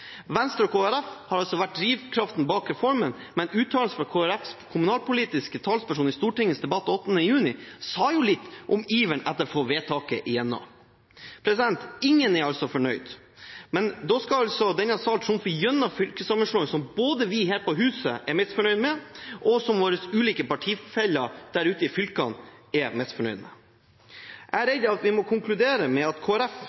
Venstre og Kristelig Folkeparti har vært drivkraften bak reformen, men uttalelsene fra Kristelig Folkepartis kommunalpolitiske talsperson i Stortingets debatt 8. juni sa litt om iveren etter å få vedtaket igjennom. Ingen er fornøyd, men likevel skal denne sal trumfe gjennom fylkessammenslåinger som vi her på huset er misfornøyd med, og som våre ulike partifeller der ute i fylkene er misfornøyd med. Jeg er redd vi må konkludere med at